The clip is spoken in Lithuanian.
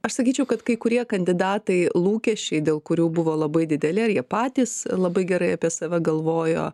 aš sakyčiau kad kai kurie kandidatai lūkesčiai dėl kurių buvo labai dideli ar jie patys labai gerai apie save galvojo